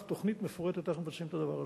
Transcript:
תוכנית מפורטת על איך עושים את הדבר הזה,